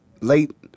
late